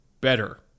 better